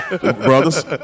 brothers